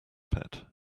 pet